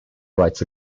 writes